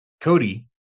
Cody